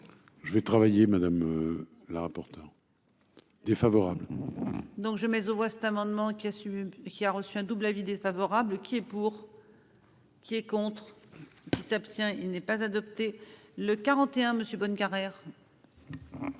Je vais travailler, madame. La rapporteure. Défavorable. Donc je mets aux voix cet amendement, qui assume qui a reçu un double avis défavorable qui est pour. Qui est contre qui s'abstient. Il n'est pas adopté le 41 monsieur Bonnecarrere.